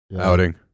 outing